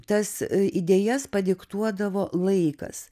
tas idėjas padiktuodavo laikas